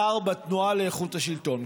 ומחקר בתנועה לאיכות הסביבה,